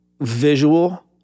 visual